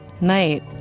night